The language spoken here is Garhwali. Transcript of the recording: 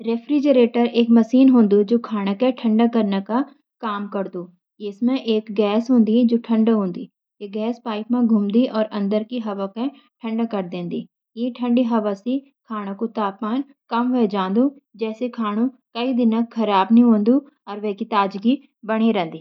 रेफ्रिजिरेटर एक मशीन होदी जु खाने क ठंडा रखने का काम करदी छ। इमें एक गैस होदी जु ठंडी हों दी । य गैस पाइप में घूमती छ और भीतर की हवा क ठंडा कर देती छ। इ ठंडी हवा से खाने कु तापमान कम वाई जांदु, जिसी खाने को खराब होने से बचाय जे सकदू छ।